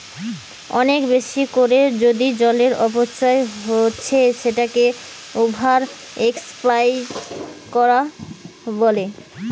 অনেক বেশি কোরে যদি জলের অপচয় হচ্ছে সেটাকে ওভার এক্সপ্লইট কোরা বলে